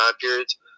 periods